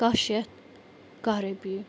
کَہہ شَتھ کَہہ رۄپیہِ